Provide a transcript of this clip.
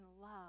love